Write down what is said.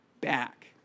back